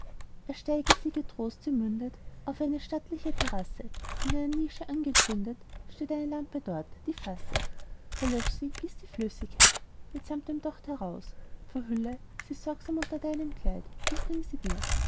ersteige sie getrost sie mündet auf eine stattliche terrasse in einer nische angezündet steht eine lampe dort die fasse verlösch sie gieß die flüssigkeit mitsamt dem docht heraus verhülle sie sorgsam unter deinem kleid und bring sie mir